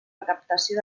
recaptació